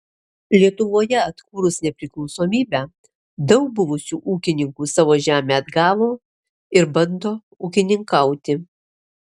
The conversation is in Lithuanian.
lietuvoje atkūrus nepriklausomybę daug buvusių ūkininkų savo žemę atgavo ir bando ūkininkauti